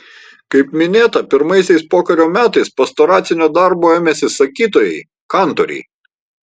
kaip minėta pirmaisiais pokario metais pastoracinio darbo ėmėsi sakytojai kantoriai